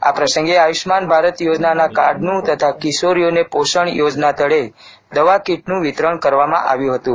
આ પ્રસંગે આયુષ્યમાન ભારત યોજનાના કાર્ડનું તથા કિશોરીઓને પોષણ યોજના તળે દવા કિટનું વિતરણ કરવામાં આવ્યું હતું